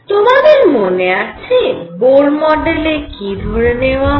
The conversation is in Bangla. তোমাদের মনে আছে বোর মডেলে কি ধরে নেওয়া হয়